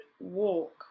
walk